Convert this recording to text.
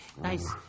Nice